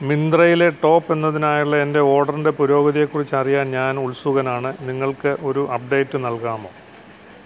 മിന്ത്രയിലെ top എന്നതിനായുള്ള എന്റെ ഓർഡറിന്റെ പുരോഗതിയെ കുറിച്ച് അറിയാൻ ഞാൻ ഉത്സുകനാണ് നിങ്ങൾക്ക് ഒരു അപ്ഡേറ്റ് നൽകാമോ